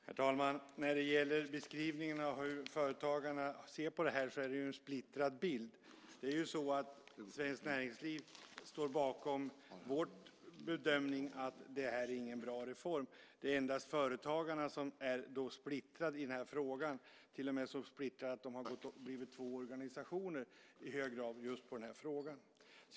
Herr talman! När det gäller beskrivningen av hur företagarna ser på det här är bilden splittrad. Svenskt Näringsliv står ju bakom vår bedömning att det här inte är en bra reform. Det är endast företagarna som är splittrade i den här frågan, till och med så splittrade att de har blivit två organisationer, i hög grad beroende på just den här frågan.